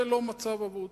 זה לא מצב אבוד.